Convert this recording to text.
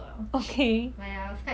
in vienna 都空的 sia